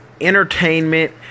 entertainment